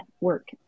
work